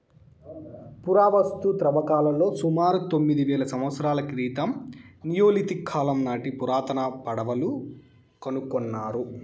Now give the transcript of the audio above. పురావస్తు త్రవ్వకాలలో సుమారు తొమ్మిది వేల సంవత్సరాల క్రితం నియోలిథిక్ కాలం నాటి పురాతన పడవలు కనుకొన్నారు